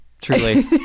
truly